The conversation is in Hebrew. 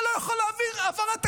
אתה לא יכול להעביר העברה תקציבית,